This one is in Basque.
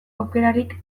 aukerarik